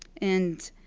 and